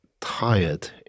tired